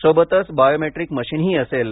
सोबतच बायोमॅट्रीक मशिनही असेल